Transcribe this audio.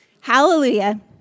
Hallelujah